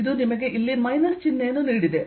ಇದು ನಿಮಗೆ ಇಲ್ಲಿ ಮೈನಸ್ ಚಿಹ್ನೆಯನ್ನು ನೀಡಿದೆ